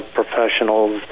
professionals